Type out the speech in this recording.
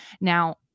Now